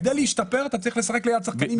כדי להשתפר אתה צריך לשחק ליד שחקנים יותר טובים.